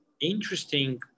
interesting